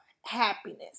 happiness